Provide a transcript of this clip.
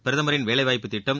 பிரதமரின் வேலைவாய்ப்புத் திட்டம்